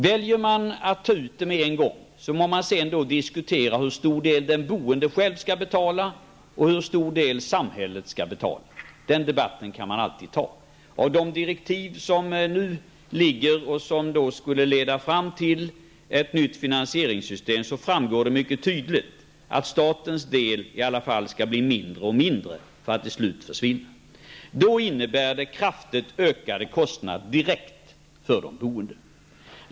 Väljer man att ta ut det med en gång må man sedan diskutera hur stor del den boende själv skall betala och hur stor del samhället skall betala. Den debatten kan man alltid föra. Av de direktiv som nu föreligger och som skulle leda fram till ett nytt finansieringssystem framgår det mycket tydligt att statens del i alla fall skall bli mindre och mindre, för att till slut försvinna. Det innebär kraftigt ökade kostnader direkt för de boende.